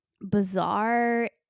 bizarre